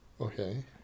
Okay